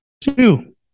Two